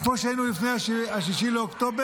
כמו שהיינו לפני 7 באוקטובר.